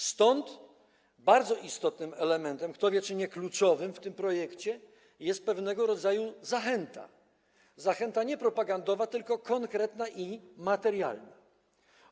Stąd bardzo istotnym elementem, kto wie, czy nie kluczowym, w tym projekcie jest pewnego rodzaju zachęta, zachęta nie propagandowa, tylko konkretna i materialna.